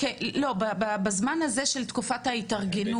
לא, בזמן הזה של תקופת ההתארגנות.